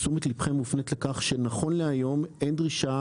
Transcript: תשומת לבכם מופנית לכך שנכון להיום אין דרישת